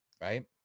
Right